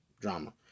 Drama